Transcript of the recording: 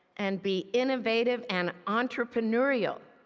and be innovative and entrepreneurial.